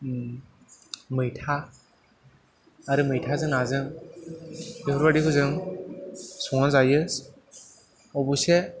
उम मैथा आरो मैथाजों नाजों बेफोरबायदिखौ जों संनानै जायो अब'से